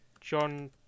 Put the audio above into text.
John